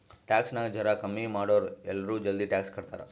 tax ನಾಗ್ ಜರಾ ಕಮ್ಮಿ ಮಾಡುರ್ ಎಲ್ಲರೂ ಜಲ್ದಿ ಟ್ಯಾಕ್ಸ್ ಕಟ್ತಾರ್